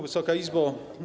Wysoka Izbo!